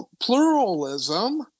pluralism